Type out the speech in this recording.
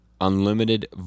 unlimited